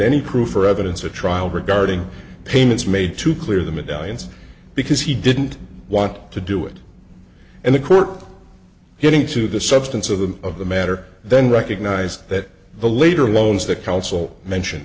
any proof or evidence or trial regarding payments made to clear the medallions because he didn't want to do it and the court getting to the substance of the of the matter then recognized that the later loans the council mention